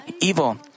evil